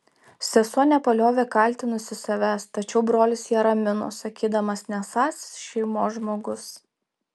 sesuo nepaliovė kaltinusi savęs tačiau brolis ją ramino sakydamas nesąs šeimos žmogus